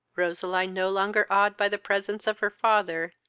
roseline, no longer awed by the presence of her father,